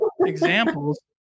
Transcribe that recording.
examples